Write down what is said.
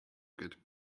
good